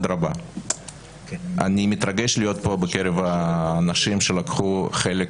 אני מתרגש להיות פה, בקרב האנשים שלקחו חלק